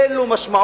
אין לו משמעות,